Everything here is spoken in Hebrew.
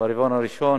ברבעון הראשון.